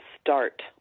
start